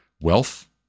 wealth